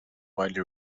widely